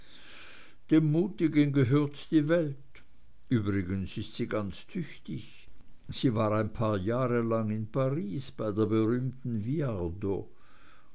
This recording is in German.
dem mutigen gehört die welt übrigens ist sie ganz tüchtig sie war ein paar jahre lang in paris bei der berühmten